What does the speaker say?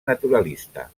naturalista